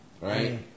Right